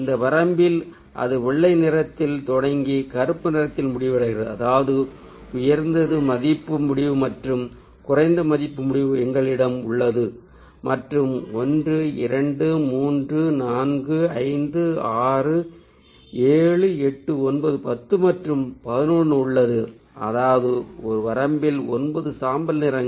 இந்த வரம்பில் அது வெள்ளை நிறத்தில் தொடங்கி கருப்பு நிறத்தில் முடிவடைகிறது அதாவது உயர்ந்தது மதிப்பு முடிவு மற்றும் குறைந்த மதிப்பு முடிவு எங்களிடம் உள்ளது மற்றும் 1 2 3 4 5 6 7 8 9 10 மற்றும் 11 உள்ளது அதாவது ஒரு வரம்பில் 9 சாம்பல் நிறங்கள்